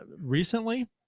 recently